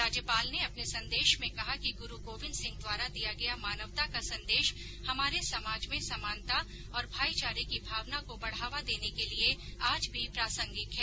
राज्यपाल ने अपने संदेश में कहा कि ग्रू गोविन्द सिंह द्वारा दिया गया मानवता का संदेश हमारे समाज में समानता और भाईचारे की भावना को बढ़ावा देने के लिए आज भी प्रासंगिक है